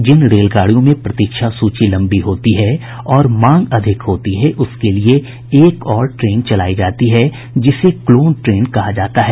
जिन रेलगाडियों में प्रतीक्षा सूची लंबी होती है और मांग अधिक होती है उसके लिये एक और ट्रेन चलायी जाती है जिसे क्लोन ट्रेन कहा जाता है